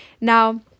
now